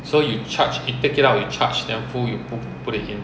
so you charge you take it out you charge then full you put put it in